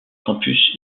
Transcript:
campus